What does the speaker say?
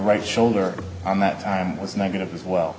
right shoulder on that time was negative as well